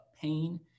pain